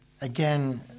again